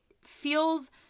feels